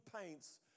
paints